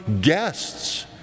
guests